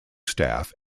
staff